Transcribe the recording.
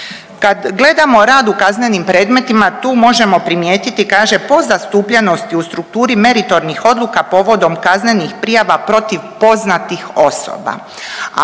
Kad gledamo rad u kaznenim predmetima, tu možemo primijetiti, kaže, po zastupljenosti u strukturi meritornih odluka povodom kaznenih prijava protiv poznatih osoba,